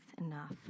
enough